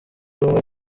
ubumwe